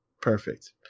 perfect